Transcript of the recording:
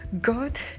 god